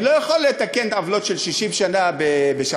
אני לא יכול לתקן עוולות של 60 שנה בשעתיים.